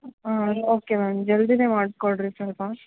ಆಂ okay ma'am ಜಲ್ದಿನೇ ಮಾಡಿಕೊಡ್ರಿ ಸ್ವಲ್ಪ